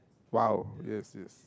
!wow! yes yes